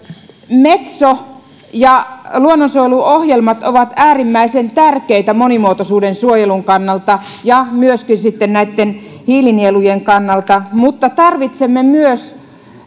metso ja luonnonsuojeluohjelmat ovat äärimmäisen tärkeitä monimuotoisuuden suojelun ja myöskin sitten näitten hiilinielujen kannalta mutta tarvitsemme myös